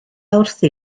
wrthi